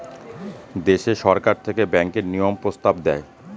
দেশে সরকার থেকে ব্যাঙ্কের নিয়ম প্রস্তাব দেয়